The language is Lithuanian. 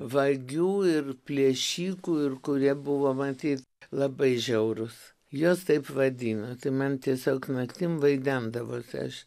vagių ir plėšikų ir kurie buvo matyt labai žiaurūs juos taip vadino tai man tiesiog naktim vaidendavosi aš